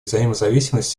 взаимозависимость